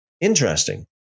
Interesting